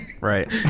Right